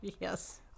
Yes